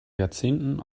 jahrzehnten